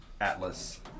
Atlas